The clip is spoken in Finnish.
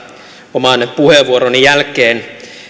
oman puheenvuoroni jälkeen